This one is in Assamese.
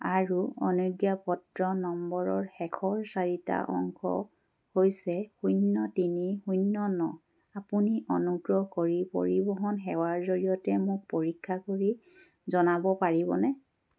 আৰু অনুজ্ঞাপত্ৰ নম্বৰৰ শেষৰ চাৰিটা অংক হৈছে শূন্য তিনি শূন্য ন আপুনি অনুগ্ৰহ কৰি পৰিবহণ সেৱাৰ জৰিয়তে মোক পৰীক্ষা কৰি জনাব পাৰিবনে